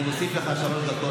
אני מוסיף לך שלוש דקות,